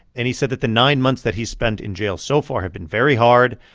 and he said that the nine months that he spent in jail so far have been very hard.